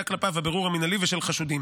כלפיו הבירור המינהלי ושל חשודים.